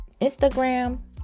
instagram